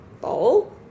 bowl